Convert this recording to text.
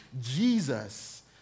Jesus